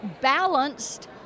balanced